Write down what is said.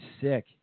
sick